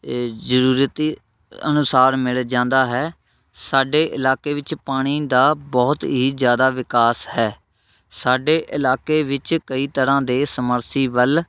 ਜ਼ਰੂਰਤ ਅਨੁਸਾਰ ਮਿਲ ਜਾਂਦਾ ਹੈ ਸਾਡੇ ਇਲਾਕੇ ਵਿੱਚ ਪਾਣੀ ਦਾ ਬਹੁਤ ਹੀ ਜ਼ਿਆਦਾ ਵਿਕਾਸ ਹੈ ਸਾਡੇ ਇਲਾਕੇ ਵਿੱਚ ਕਈ ਤਰ੍ਹਾਂ ਦੇ ਸਮਰਸੀਬਲ